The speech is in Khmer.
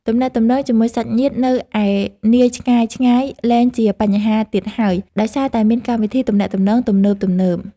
ទំនាក់ទំនងជាមួយសាច់ញាតិនៅឯនាយឆ្ងាយៗលែងជាបញ្ហាទៀតហើយដោយសារតែមានកម្មវិធីទំនាក់ទំនងទំនើបៗ។